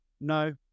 no